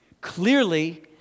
Clearly